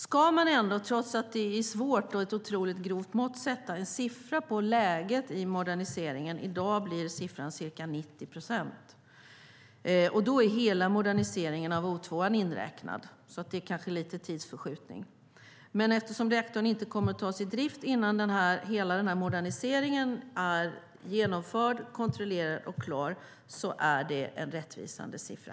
Ska man ändå, trots att det är svårt och ett otroligt grovt mått, sätta en siffra på läget i moderniseringen i dag blir siffran ca 90 procent. Då är hela moderniseringen av O2 inräknad, så det är kanske lite tidsförskjutning. Men eftersom reaktorn inte kommer att tas i drift innan hela moderniseringen är genomförd, kontrollerad och klar är det en rättvisande siffra.